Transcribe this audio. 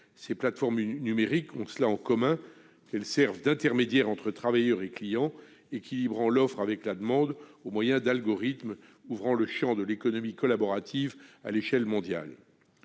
Les plateformes numériques ont en commun de servir d'intermédiaires entre travailleurs et clients, équilibrant l'offre et la demande au moyen d'algorithmes et ouvrant le champ de l'économie collaborative à l'échelle mondiale.